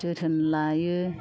जोथोन लायो